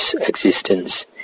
existence